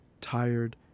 tired